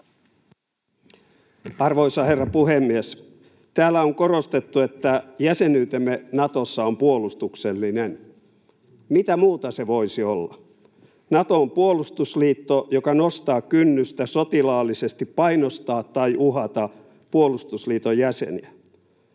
Arvoisa herra puhemies! Täällä on korostettu, että jäsenyytemme Natossa on puolustuksellinen. Mitä muuta se voisi olla? Nato on puolustusliitto, joka nostaa kynnystä sotilaallisesti painostaa tai uhata puolustusliiton jäseniä.